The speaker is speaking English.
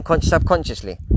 subconsciously